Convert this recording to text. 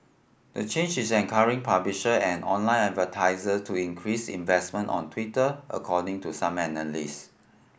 the change is encourage publisher and online advertisers to increase investment on Twitter according to some analysts